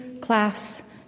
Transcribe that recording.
class